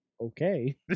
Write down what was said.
okay